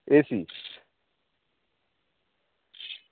AC